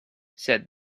said